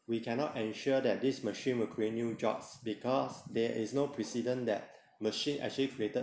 we cannot ensure that this machine will create new jobs because there is no precedent that machine actually created